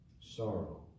sorrow